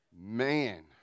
Man